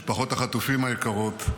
משפחות החטופים היקרות,